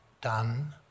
done